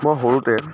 মই সৰুতে